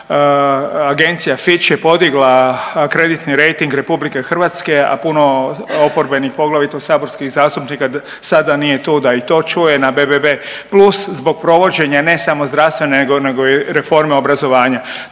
agencija Fitch je podigla kreditni rejting RH, a puno oporbenih poglavito saborskih zastupnika sada nije tu da i to čuje na BBB+ zbog provođenja ne samo zdravstvene nego i reforme obrazovanja.